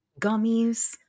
Gummies